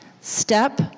step